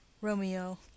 romeo